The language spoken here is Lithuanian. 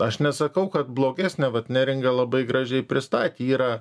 aš nesakau kad blogesnę vat neringa labai gražiai pristatė yra